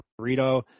Burrito